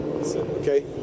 Okay